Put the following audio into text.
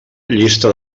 llista